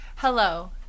Hello